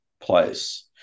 place